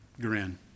grin